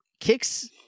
kicks